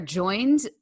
joined